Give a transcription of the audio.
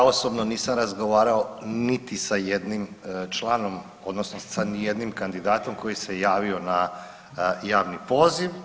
Ja osobno nisam razgovarao niti sa jednim članom, odnosno sa nijednim kandidatom koji se javio na javni poziv.